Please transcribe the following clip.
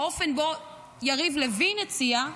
באופן שבו יריב לוין הציע,